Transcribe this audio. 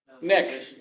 Nick